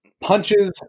punches